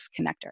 connector